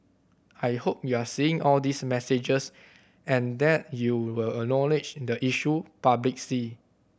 I hope you're seeing all these messages and that you will acknowledge the issue publicly